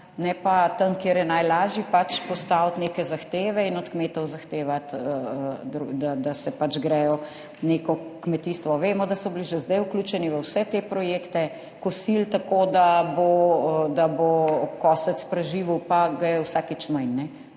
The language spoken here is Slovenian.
pa tam, kjer je najlažje, pač postaviti neke zahteve in od kmetov zahtevati, da se grejo neko kmetijstvo. Vemo, da so bili že zdaj vključeni v vse te projekte, kosili so tako, da bo kosec preživel, ampak ga je vsakič manj.